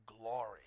glory